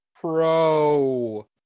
Pro